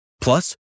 Plus